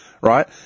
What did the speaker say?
Right